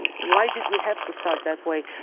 why did we have to start that way?